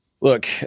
look